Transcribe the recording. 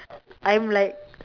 I am like